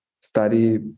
study